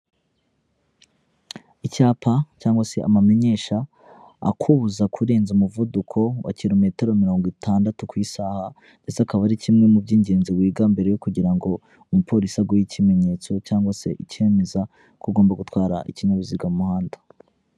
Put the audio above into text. Icyapa cyangwa se amamenyesha akubuza kurenza umuvuduko wa kilometero mirongo itandatu ku isaha, ndetse akaba ari kimwe mu by'ingenzi wiga mbere yo kugira ngo umupolisi aguhe ikimenyetso cyangwa se icyemeza ko ugomba gutwara ikinyabiziga mu muhanda.